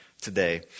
today